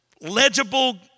legible